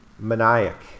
Maniac